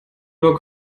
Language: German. nur